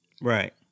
Right